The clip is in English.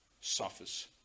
suffers